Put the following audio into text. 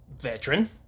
Veteran